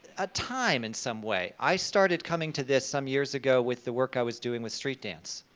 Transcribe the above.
a time in some way. i started coming to this some years ago with the work i was doing with street dance.